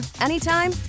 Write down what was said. anytime